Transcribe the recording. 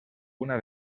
una